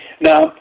Now